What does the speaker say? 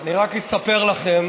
אני רק אספר לכם